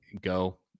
go